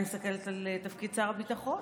אני מסתכלת על תפקיד שר הביטחון,